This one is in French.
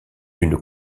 une